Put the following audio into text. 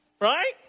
right